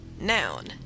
Noun